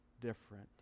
different